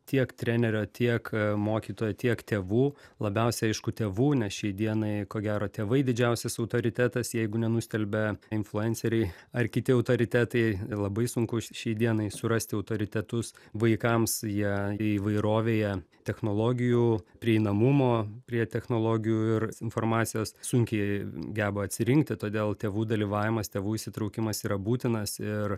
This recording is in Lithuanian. tiek trenerio tiek mokytojo tiek tėvų labiausiai aišku tėvų nes šiai dienai ko gero tėvai didžiausias autoritetas jeigu nenustelbia influenceriai ar kiti autoritetai labai sunku šiai dienai surasti autoritetus vaikams jie įvairovėje technologijų prieinamumo prie technologijų ir informacijos sunkiai geba atsirinkti todėl tėvų dalyvavimas tėvų įsitraukimas yra būtinas ir